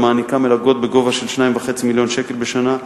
המעניקה מלגות בגובה 2.5 מיליון ש"ח בשנה,